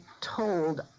told